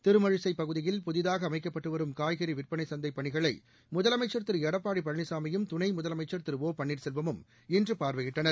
திருமழிசை பகுதியில் புதிதாக அமைக்ப்பட்டு வரும் காய்கறி விற்பனை சந்தை பணிகளை முதலமைச்ச் திரு எடப்பாடி பழனிசாமியும் துணை முதலமைச்ச் திரு ஒ பள்ளீர்செல்வமும் இன்று பார்வையிட்டனர்